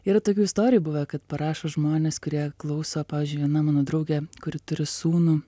yra tokių istorijų buvę kad parašo žmonės kurie klauso pavyzdžiui viena mano draugė kuri turi sūnų